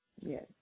Yes